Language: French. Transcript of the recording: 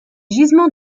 gisements